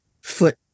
foot